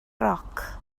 roc